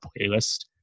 playlist